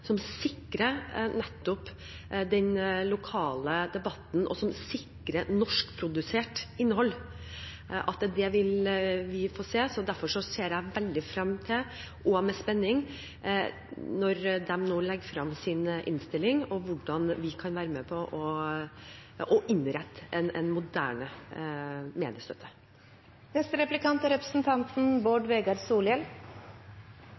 nettopp sikrer den lokale debatten, og som sikrer norskprodusert innhold – at vi vil få se det. Derfor ser jeg veldig frem til – og med spenning – at de legger frem sin innstilling, og hvordan vi kan være med på å innrette en moderne mediestøtte.